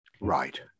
right